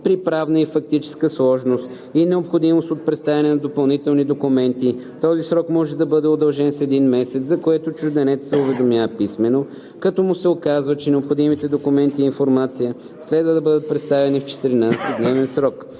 При правна и фактическа сложност и необходимост от представяне на допълнителни документи този срок може да бъде удължен с един месец, за което чужденецът се уведомява писмено, като му се указва, че необходимите документи и информация следва да бъдат представени в 14-дневен срок.